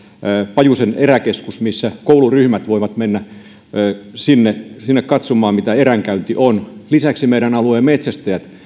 pajusen eräkeskus minne kouluryhmät voivat mennä katsomaan mitä eränkäynti on lisäksi meidän alueen metsästäjät